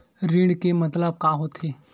ऋण के मतलब का होथे?